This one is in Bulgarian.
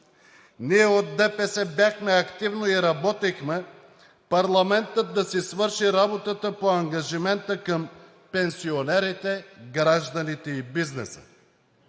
Ние, от ДПС, бяхме активни и работихме парламентът да си свърши работата по ангажимента към пенсионерите, гражданите и бизнеса.